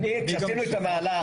כשעשינו את המהלך,